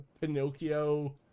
Pinocchio